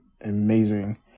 amazing